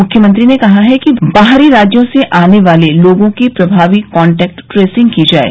मख्यमंत्री ने कहा कि बाहरी राज्यों से आने वाले लोगों की प्रभावी कॉटैक्ट टेसिंग की जाये